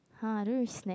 !huh! I don't really snack